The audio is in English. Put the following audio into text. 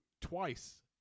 twice –